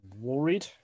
Worried